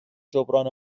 جبران